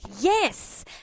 Yes